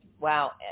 wow